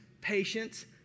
patience